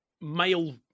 male